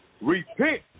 Repent